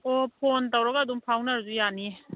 ꯑꯣ ꯐꯣꯟ ꯇꯧꯔꯒ ꯑꯗꯨꯝ ꯐꯥꯎꯅꯔꯁꯨ ꯌꯥꯅꯤꯌꯦ